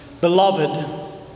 Beloved